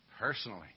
personally